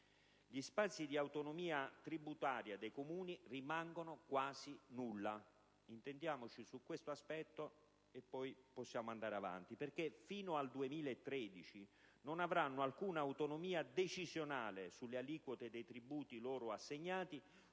Gli spazi di autonomia tributaria dei Comuni rimangono quasi nulli (intendiamoci su tale aspetto prima di andare avanti), perché fino al 2013 non avranno alcuna autonomia decisionale sulle aliquote dei tributi loro assegnati